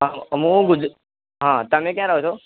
હુ ગુજ હં તમે ક્યાં રહો છો